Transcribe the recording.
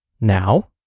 Now